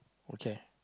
okay